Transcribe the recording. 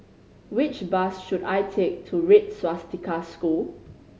which bus should I take to Red Swastika School